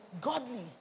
godly